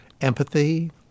empathy